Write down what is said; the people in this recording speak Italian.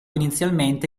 inizialmente